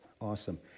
awesome